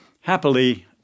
happily